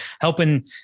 helping